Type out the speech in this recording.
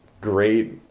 great